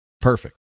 Perfect